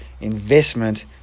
investment